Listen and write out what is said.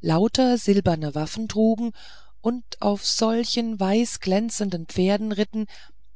lauter silberne waffen trugen und auf solchen weißglänzenden pferden ritten